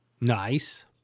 Nice